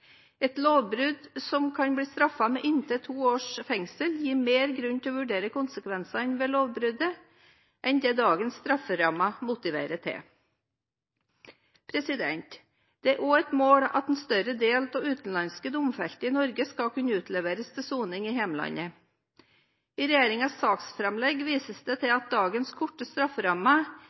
Et lovbrudd som kan bli straffet med inntil to års fengsel, gir større grunn til å vurdere konsekvensene av lovbruddet enn dagens strafferamme motiverer til. Det er også et mål at en større del av utenlandske domfelte i Norge skal kunne utleveres til soning i hjemlandet. I regjeringens saksframlegg vises det til at dagens korte strafferamme